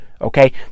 okay